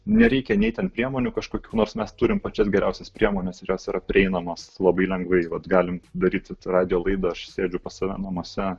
nereikia nei ten priemonių kažkokių nors mes turim pačias geriausias priemones ir jos yra prieinamos labai lengvai vat galim daryti radijo laidą aš sėdžiu pas save namuose